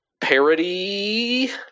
parody